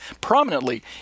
prominently